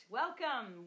welcome